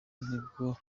nibwo